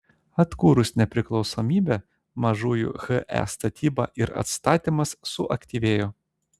atkūrus nepriklausomybę mažųjų he statyba ir atstatymas suaktyvėjo